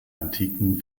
antiken